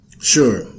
Sure